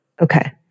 Okay